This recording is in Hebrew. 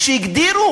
כשהגדירו,